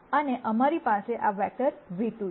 અને અમારી પાસે આ વેક્ટર ν ₂ છે